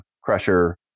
Crusher